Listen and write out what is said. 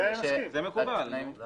זה מקובל.